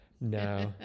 No